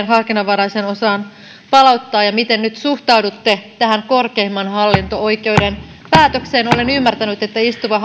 harkinnanvaraiseen osaan palauttaa miten nyt suhtaudutte tähän korkeimman hallinto oikeuden päätökseen olen ymmärtänyt että istuva